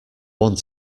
want